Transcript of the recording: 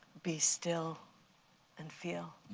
be still and feel.